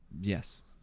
yes